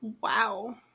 Wow